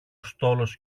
στόλος